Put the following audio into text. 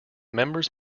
members